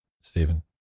Stephen